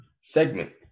segment